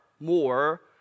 more